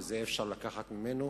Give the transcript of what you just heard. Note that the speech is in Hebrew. ואת זה אי-אפשר לקחת ממנו,